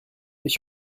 ich